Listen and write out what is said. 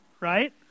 right